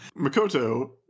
Makoto